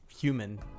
human